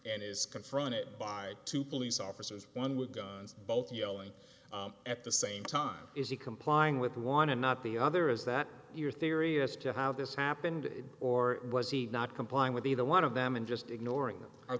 and is confronted by two police officers one with guns both yelling at the same time is he complying with the wanted not the other is that your theory as to how this happened or was he not complying with either one of them and just ignoring them our